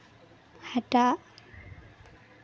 ᱦᱟᱴᱟᱜ